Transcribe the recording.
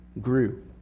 grew